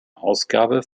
ausgabe